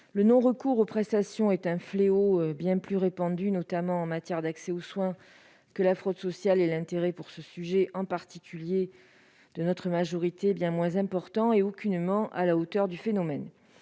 Le non-recours aux prestations est un fléau bien plus répandu, notamment en matière d'accès aux soins, que la fraude sociale et l'intérêt pour ce sujet, en particulier de la majorité sénatoriale, est bien moins important et aucunement à la hauteur du phénomène.